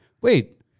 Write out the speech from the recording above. Wait